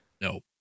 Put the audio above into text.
No